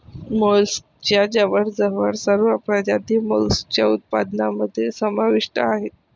मोलस्कच्या जवळजवळ सर्व प्रजाती मोलस्क उत्पादनामध्ये समाविष्ट आहेत